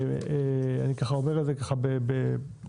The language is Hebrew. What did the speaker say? אני אומר את זה ככה במקביל,